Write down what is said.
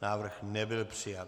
Návrh nebyl přijat.